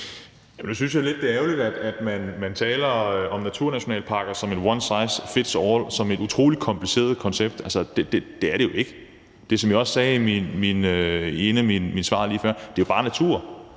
det er lidt ærgerligt, at man omtaler naturnationalparker som one size fits all og som et utrolig kompliceret koncept. Altså, det er det jo ikke, for som jeg også sagde i et af mine svar lige før, er det jo bare natur.